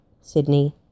Sydney